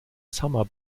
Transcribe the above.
summer